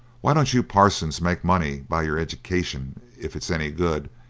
why don't you parsons make money by your eddication if it's any good,